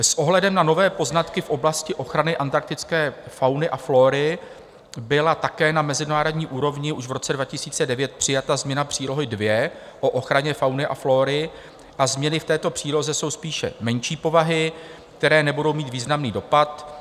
S ohledem na nové poznatky v oblasti ochrany antarktické fauny a flóry byla také na mezinárodní úrovni už v roce 2009 přijata změna Přílohy II o ochraně fauny a flóry a změny v této příloze jsou spíše menší povahy, které nebudou mít významný dopad.